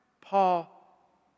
Paul